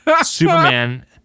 Superman